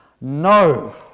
No